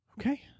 Okay